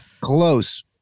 Close